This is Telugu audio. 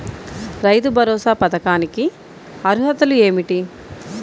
రైతు భరోసా పథకానికి అర్హతలు ఏమిటీ?